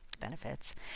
Benefits